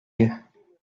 you